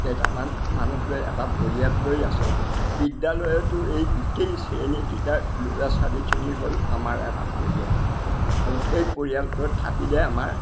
কেইটামান মানুহ লৈ এটা পৰিয়াল লৈ আছোঁ বিদ্যালয়তো এই গোটেই শ্ৰেণীকেইটাৰ ল'ৰা ছোৱালীখিনি হ'ল আমাৰ এটা পৰিয়াল আৰু সেই পৰিয়ালটোত থাকিলে আমাৰ